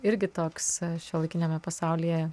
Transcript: irgi toks šiuolaikiniame pasaulyje